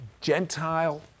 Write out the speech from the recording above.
Gentile